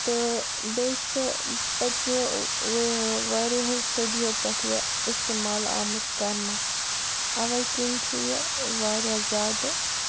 تہٕ بیٚیہِ چھِ پٔتۍمہِ واریاہو صدیو پٮ۪ٹھ یہِ اِستعمال آمٕژ کَرنہٕ اَوَے کِنۍ چھِ یہِ واریاہ زیادٕ